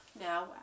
Now